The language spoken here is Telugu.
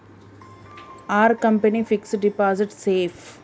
Are company fixed deposit safe?